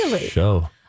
show